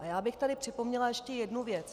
A já bych tady připomněla ještě jednu věc.